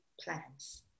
plans